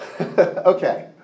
Okay